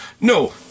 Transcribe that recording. No